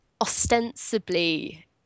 ostensibly